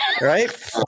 right